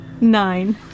Nine